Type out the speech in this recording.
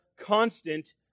constant